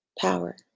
power